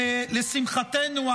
ולשמחתנו,